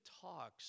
talks